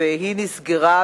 נושא